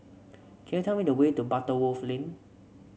could you tell me the way to Butterworth Lane